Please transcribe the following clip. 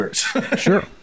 sure